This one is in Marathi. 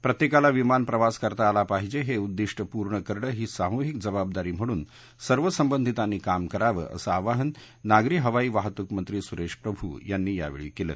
प्रत्येकाला विमान प्रवास करता आला पाहिजे हे उद्दिष्ट पूर्ण करणं ही सामूहिक जबाबदारी म्हणून सर्व संबंधितांनी काम करावं असं आवाहन नागरी हवाई वाहतूक मंत्री सुरेश प्रभू यांनी यावेळी केलं